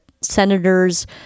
senators